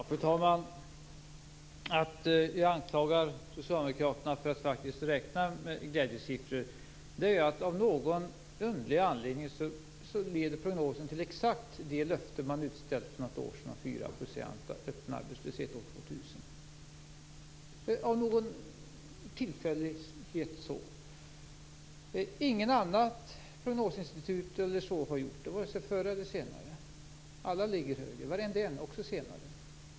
Fru talman! Att jag anklagar Socialdemokraterna för att faktiskt räkna med glädjesiffror beror på att prognosen av någon underlig anledning leder exakt till det löfte som man för något år sedan ställde ut om detta med 4 % öppen arbetslöshet år 2000. Av en tillfällighet är det så. Inget annat prognosinstitut har gjort det, vare sig förr eller senare. Alla ligger högre, också senare.